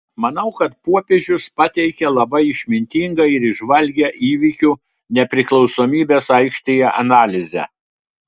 manau kad popiežius pateikė labai išmintingą ir įžvalgią įvykių nepriklausomybės aikštėje analizę